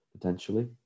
potentially